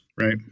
Right